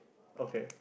okay